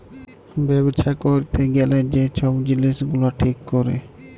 ব্যবছা ক্যইরতে গ্যালে যে ছব জিলিস গুলা ঠিক ক্যরে